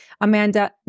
Amanda